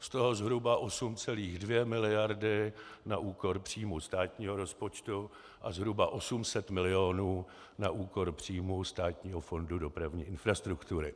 Z toho zhruba 8,2 miliardy na úkor příjmů státního rozpočtu a zhruba 800 milionů na úkor příjmů Státního fondu dopravní infrastruktury.